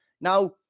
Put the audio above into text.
Now